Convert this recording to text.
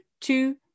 two